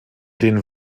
den